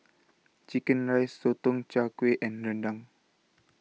Chicken Rice Sotong Char Kway and Rendang